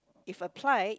if applied